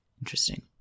interesting